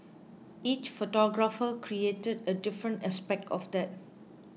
each photographer created a different aspect of that